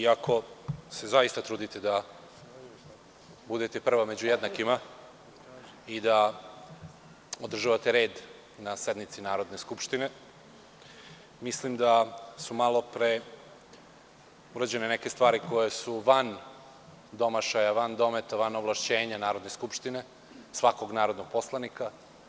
Iako se jako trudite da budete prva među jednakima i da održavate red na sednici Narodne skupštine, mislim da su malopre urađene neke stvari koje su van domašaja, van dometa, van ovlašćena Narodne skupštine, svakog narodnog poslanika.